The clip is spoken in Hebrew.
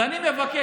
אז אני מבקש,